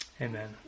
Amen